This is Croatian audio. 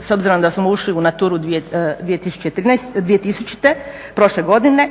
s obzirom da smo ušli u Naturu 2000 prošle godine,